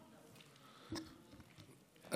1610, של חבר הכנסת יצחק פינדרוס.